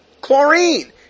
Chlorine